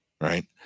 right